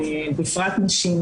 בפרט נשים